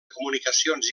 comunicacions